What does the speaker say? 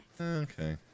Okay